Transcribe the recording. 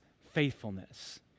faithfulness